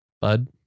Bud